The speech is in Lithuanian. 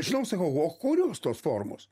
žinau sakau o kurios tos formos